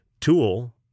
tool